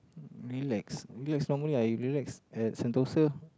relax relax normally I relax at Sentosa